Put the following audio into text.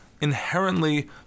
inherently